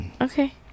okay